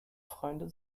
freunde